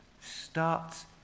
starts